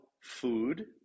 food